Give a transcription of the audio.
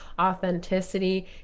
authenticity